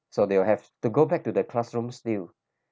so they will have to go back to the classroom still